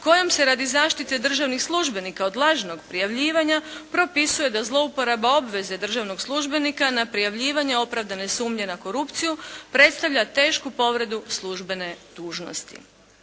kojom se radi zaštite državnih službenika od lažnog prijavljivanja propisuje da zlouporaba obveze državnog službenika na prijavljivanje opravdane sumnje na korupciju predstavlja tešku povredu službene dužnosti.